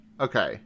Okay